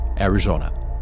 Arizona